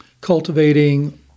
cultivating